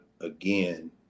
again